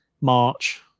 March